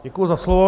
Děkuji za slovo.